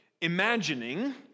Imagining